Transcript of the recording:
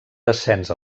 descens